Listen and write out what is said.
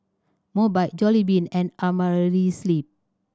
Mobike Jollibean and Amerisleep